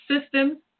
system